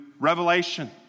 Revelation